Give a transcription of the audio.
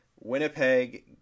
Winnipeg